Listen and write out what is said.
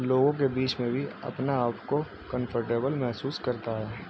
لوگوں کے بیچ میں بھی اپنا آپ کو کنفرٹیبل محسوس کرتا ہے